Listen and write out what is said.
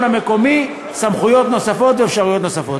המקומי סמכויות נוספות ואפשרויות נוספות.